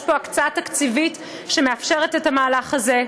יש פה הקצאת תקציבים שמאפשרת את המהלך הזה,